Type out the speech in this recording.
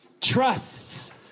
Trusts